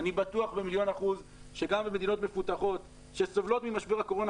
אני בטוח במיליון אחוז שגם במדינות מפותחות שסובלות ממשבר הקורונה,